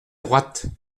droite